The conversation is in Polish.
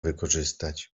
wykorzystać